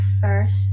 first